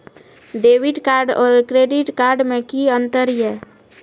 Debit card और credit card मे कि अंतर या?